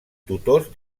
tutors